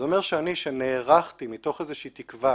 זה אומר שאני שנערכתי מתוך איזושהי תקווה